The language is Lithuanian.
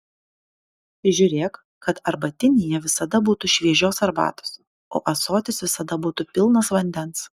žiūrėk kad arbatinyje visada būtų šviežios arbatos o ąsotis visada būtų pilnas vandens